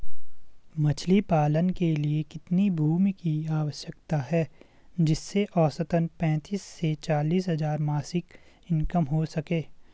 मछली पालन के लिए कितनी भूमि की आवश्यकता है जिससे औसतन पैंतीस से चालीस हज़ार मासिक इनकम हो सके?